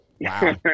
Wow